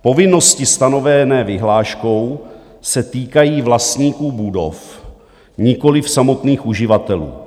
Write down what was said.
Povinnosti stanovené vyhláškou se týkají vlastníků budov, nikoliv samotných uživatelů.